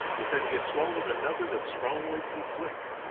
is that he has swallowed a number that strongly conflict.